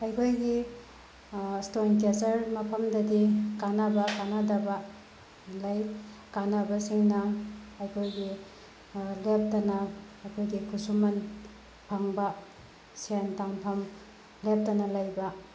ꯑꯩꯈꯣꯏꯒꯤ ꯏꯁꯇꯣꯟ ꯀꯦꯆꯔ ꯃꯐꯝꯗꯗꯤ ꯀꯥꯟꯅꯕ ꯀꯥꯟꯅꯗꯕ ꯂꯩ ꯀꯥꯟꯅꯕꯁꯤꯡꯅ ꯑꯩꯈꯣꯏꯒꯤ ꯂꯦꯞꯇꯅ ꯑꯩꯈꯣꯏꯒꯤ ꯈꯨꯠꯁꯨꯃꯟ ꯐꯪꯕ ꯁꯦꯟ ꯇꯥꯟꯐꯝ ꯂꯦꯞꯇꯅ ꯂꯩꯕ